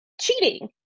cheating